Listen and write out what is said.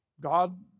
God